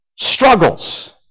struggles